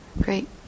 great